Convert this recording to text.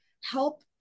help